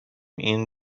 این